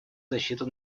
защиту